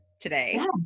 today